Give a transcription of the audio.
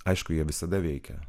aišku jie visada veikia